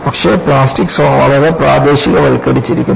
പക്ഷേ plastic zone വളരെ പ്രാദേശികവൽക്കരിച്ചിരിക്കുന്നു